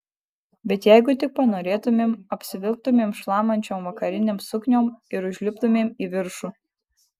bet jeigu tik panorėtumėm apsivilktumėm šlamančiom vakarinėm sukniom ir užliptumėm į viršų